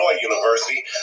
University